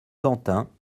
quentin